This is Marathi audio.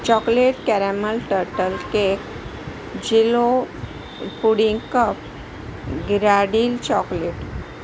chocolate caramel turtle cake jello pudding cup griddle chocolate